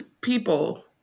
people